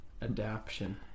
adaption